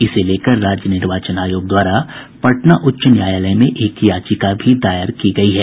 इसे लेकर राज्य निर्वाचन आयोग द्वारा पटना उच्च न्यायालय में एक याचिका भी दायर की गयी है